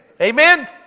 Amen